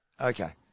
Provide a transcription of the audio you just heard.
okay